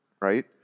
right